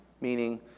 meaning